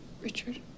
Richard